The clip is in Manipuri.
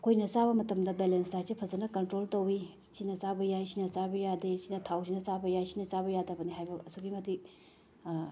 ꯑꯩꯈꯣꯏꯅ ꯆꯥꯕ ꯃꯇꯝꯗ ꯕꯦꯂꯦꯟꯁ ꯗꯥꯏꯠꯁꯦ ꯐꯖꯅ ꯀꯟꯇ꯭ꯔꯣꯜ ꯇꯧꯏ ꯁꯤꯅ ꯆꯥꯕ ꯌꯥꯏ ꯁꯤꯅ ꯆꯥꯕ ꯌꯥꯗꯦ ꯁꯤꯅ ꯊꯥꯎꯁꯤꯅ ꯆꯥꯕ ꯌꯥꯏ ꯁꯤꯅ ꯆꯥꯕ ꯌꯥꯗꯕꯅꯤ ꯍꯥꯏꯕ ꯑꯁꯨꯛꯀꯤ ꯃꯇꯤꯛ